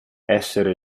essere